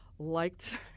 liked